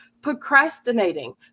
procrastinating